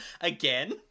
again